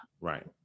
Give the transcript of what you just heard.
Right